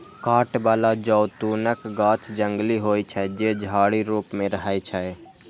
कांट बला जैतूनक गाछ जंगली होइ छै, जे झाड़ी रूप मे रहै छै